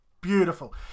Beautiful